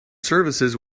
services